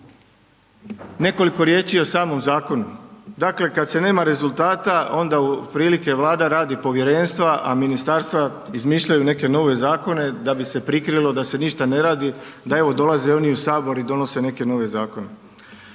Nekoliko riječi i o samom zakonu. Dakle, kad se nema rezultata, onda u prilike Vlada radi povjerenstva, a ministarstva izmišljaju neke nove zakone da bi se prikrilo da se ništa ne radi, da evo, dolaze oni i u Sabor i donose neke nove zakone.